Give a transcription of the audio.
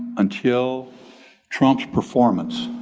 until trump's performance